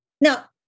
now